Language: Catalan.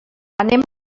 anem